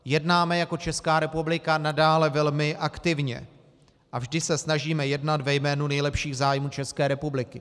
Jednáme jako Česká republika nadále velmi aktivně a vždy se snažíme jednat ve jménu nejlepších zájmů České republiky.